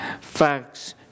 facts